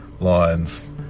lines